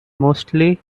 mostly